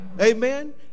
Amen